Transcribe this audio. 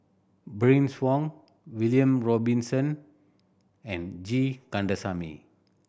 Bernice Wong William Robinson and G Kandasamy